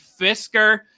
Fisker